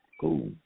Cool